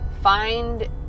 Find